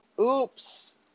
oops